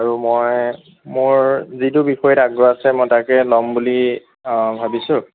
আৰু মই মোৰ যিটো বিষয়ত আগ্ৰহ আছে মই তাকে ল'ম বুলি ভাবিছোঁ